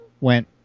went